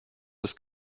ist